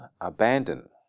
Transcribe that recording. abandon